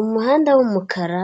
Umuhanda w'umukara